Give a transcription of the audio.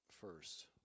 first